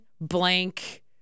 blank